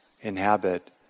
inhabit